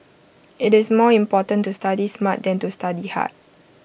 IT is more important to study smart than to study hard